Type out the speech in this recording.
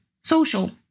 social